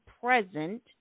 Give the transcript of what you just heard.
present